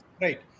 Right